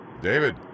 David